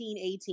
18